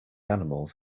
animals